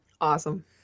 Awesome